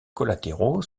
collatéraux